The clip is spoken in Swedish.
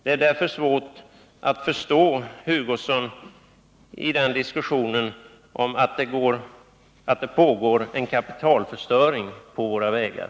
Det är därför svårt att förstå Kurt Hugossons påstående att det pågår en kapitalförstöring på våra vägar.